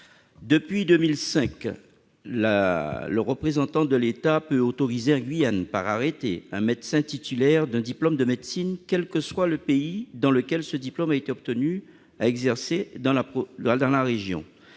en Guyane, le représentant de l'État peut autoriser, par arrêté, un médecin titulaire d'un diplôme de médecine, quel que soit le pays dans lequel ce diplôme a été obtenu, à exercer dans la région.